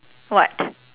what